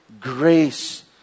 grace